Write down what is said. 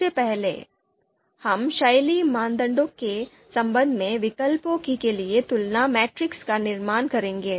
सबसे पहले हम शैली मानदंड के संबंध में विकल्पों के लिए तुलना मैट्रिक्स का निर्माण करेंगे